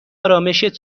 آرامِشت